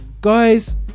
guys